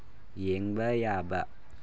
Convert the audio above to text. ꯌꯦꯡꯕ ꯌꯥꯕ